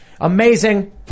amazing